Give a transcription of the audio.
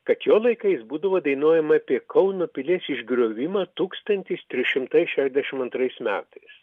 kad jo laikais būdavo dainuojama apie kauno pilies išgriovimą tūkstantis trys šimtai šešdešim antrais metais